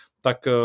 tak